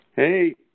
Hey